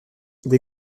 des